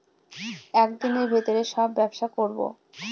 এক দিনের ভিতরে সব ব্যবসা করবো